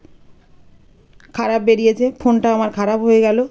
খারাপ বেরিয়েছে ফোনটাও আমার খারাপ হয়ে গেল